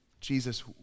Jesus